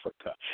Africa